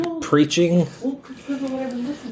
preaching